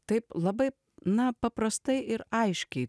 taip labai na paprastai ir aiškiai